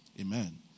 Amen